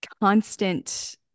constant